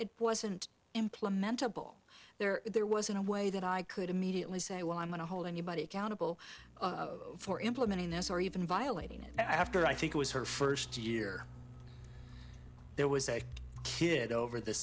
it wasn't implementable there there wasn't a way that i could immediately say well i'm going to hold anybody accountable for implementing this or even violating it after i think it was her first year there was a kid over the